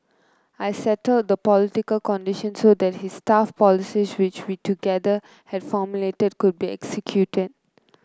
I settled the political conditions so that his tough policies which we together had formulated could be executed